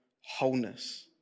wholeness